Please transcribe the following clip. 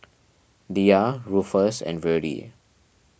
Diya Rufus and Virdie